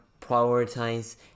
prioritize